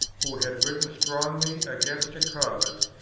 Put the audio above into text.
who had written strongly against a cause,